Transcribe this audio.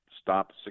stop